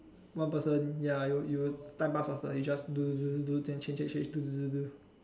one person ya you'll you'll time pass faster you just do do do do do then change change do do do do